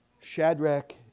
Shadrach